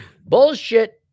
Bullshit